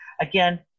again